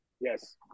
Yes